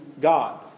God